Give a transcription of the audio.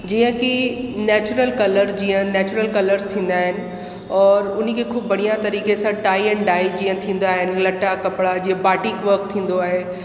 जीअं कि natural colour जीअं नेचुरल कलर्स थींदा आहिनि और हुनखे ख़ूबु बढ़िया तरीक़े सां टाई ऐंड डाई जीअं थींदा आहिनि लटा कपिड़ा जीअं बाटिक वर्क थींदो आहे